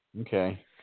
Okay